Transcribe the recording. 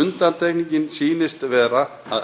Undantekningin sýnist vera